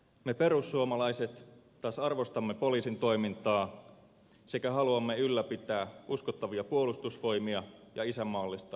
me perussuomalaiset taas arvostamme poliisin toimintaa sekä haluamme ylläpitää uskottavia puolustusvoimia ja isänmaallista maanpuolustushenkeä